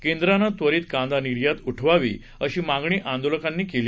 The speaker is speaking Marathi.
केंद्रानं त्वरीत कांदा निर्यात उठवावी अशी मागणी आंदोलकांनी यावेळी केली